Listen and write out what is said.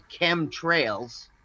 chemtrails